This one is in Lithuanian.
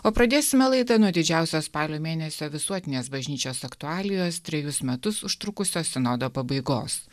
o pradėsime laidą nuo didžiausios spalio mėnesio visuotinės bažnyčios aktualijos trejus metus užtrukusios sinodo pabaigos